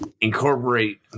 incorporate